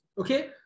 Okay